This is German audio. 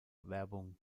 werbung